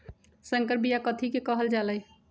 संकर बिया कथि के कहल जा लई?